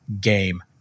game